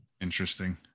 Interesting